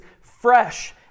fresh